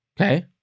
Okay